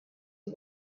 you